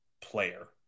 player